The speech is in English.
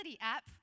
app